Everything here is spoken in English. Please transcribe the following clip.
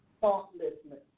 Thoughtlessness